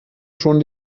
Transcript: schon